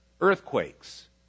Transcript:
Earthquakes